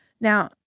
Now